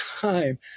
time